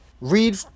read